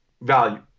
value